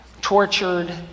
tortured